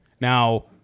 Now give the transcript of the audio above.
Now